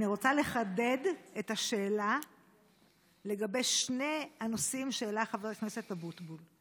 אני רוצה לחדד את השאלה לגבי שני הנושאים שהעלה חבר הכנסת אבוטבול.